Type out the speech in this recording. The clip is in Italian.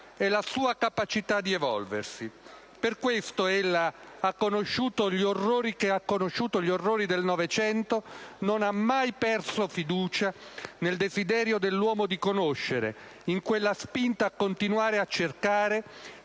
e la sua capacità di evolversi. Per questo ella, che ha conosciuto gli orrori del Novecento, non ha mai perso fiducia nel desiderio dell'uomo di conoscere, in quella spinta a continuare a cercare